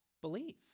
believe